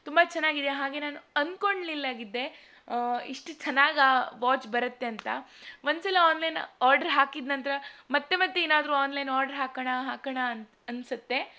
ತುಂಬ ಚೆನ್ನಾಗಿದೆ ಹಾಗೆ ನಾನು ಅಂದ್ಕೊಂಡಿಲ್ಲಾಗಿದ್ದೆ ಇಷ್ಟು ಚೆನ್ನಾಗಿ ಆ ವಾಚ್ ಬರುತ್ತೆ ಅಂತ ಒಂದ್ಸಲ ಆನ್ಲೈನ್ ಆರ್ಡ್ರ್ ಹಾಕಿದ ನಂತರ ಮತ್ತೆ ಮತ್ತೆ ಏನಾದರೂ ಆನ್ಲೈನ್ ಆರ್ಡ್ರ್ ಹಾಕೋಣ ಹಾಕೋಣ ಅಂತ ಅನ್ಸುತ್ತೆ